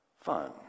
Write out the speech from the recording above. fun